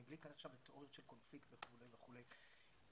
מבלי להיכנס עכשיו לתיאוריות של קונפליקט וכו' וכו',